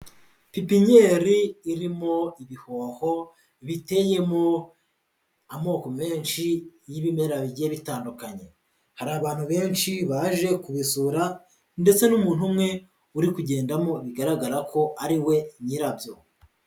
Pipinyeri irimo ibihoho biteyemo amoko menshi y'ibimera bigiye bitandukanye, hari abantu benshi baje kubisura ndetse n'umuntu umwe uri kugendamo bigaragara ko ariwe nyirabyo.